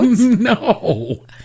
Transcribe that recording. No